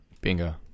bingo